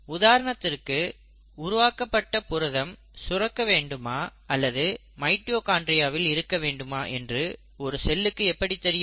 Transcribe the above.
உதாரணத்திற்கு உருவாக்கப்பட்ட புரதம் சுரக்க வேண்டுமா அல்லது மைட்டோகாண்ட்ரியாவில் இருக்க வேண்டுமா என்று ஒரு செல்லுக்கு எப்படி தெரியும்